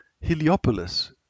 Heliopolis